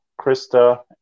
Krista